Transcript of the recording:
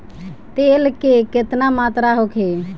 तेल के केतना मात्रा होखे?